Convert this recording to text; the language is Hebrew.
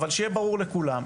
שיהיה ברור לכולם,